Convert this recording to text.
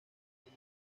ella